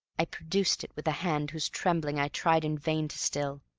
i produced it with a hand whose trembling i tried in vain to still,